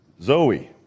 Zoe